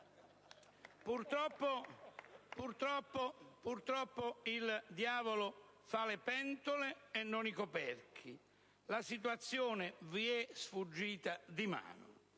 Purtroppo il diavolo fa le pentole, ma non i coperchi: la situazione vi è sfuggita di mano,